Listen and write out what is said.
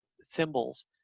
symbols